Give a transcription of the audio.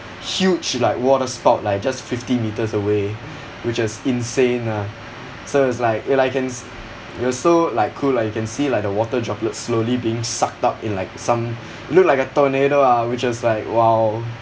huge like water spout like just fifty metres away which is insane lah so it was like and I can s~ it was so like cool lah you can see like the water droplets slowly being sucked up in like some it looked like a tornado ah which is like !wow!